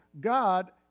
God